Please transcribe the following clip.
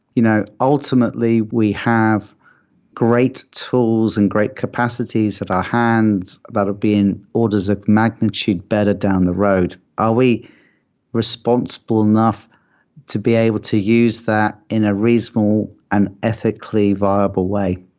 you know ultimately, we have great tools and great capacities at our hands that are being orders of magnitude better down the road. are we responsible enough to be able to use that in a reasonable and ethically viable way?